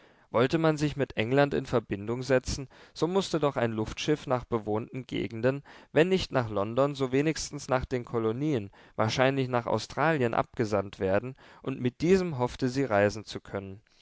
wollte man sich mit england in verbindung setzen so mußte doch ein luftschiff nach bewohnten gegenden wenn nicht nach london so wenigstens nach den kolonien wahrscheinlich nach australien abgesandt werden und mit diesem hoffte sie reisen zu können